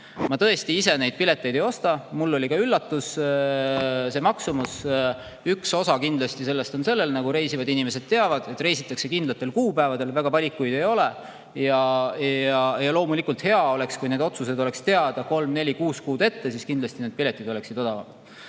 Ma tõesti ise neid pileteid ei osta, mulle oli ka üllatus see maksumus. Üks tegur kindlasti on see, nagu reisivad inimesed teavad, et reisitakse kindlatel kuupäevadel, valikuid väga ei ole. Loomulikult hea oleks, kui need otsused oleks teada kolm, neli, kuus kuud ette, siis need piletid oleksid odavamad.